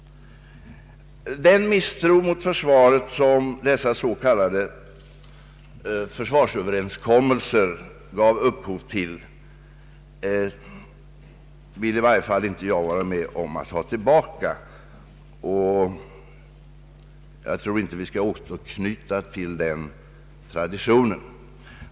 Den misstro mot försvaret som dessa s.k. försvarsöverenskommelser gav upphov till, vill i varje fall inte jag ha tillbaka. Jag tror inte att vi skall återknyta till den traditionen.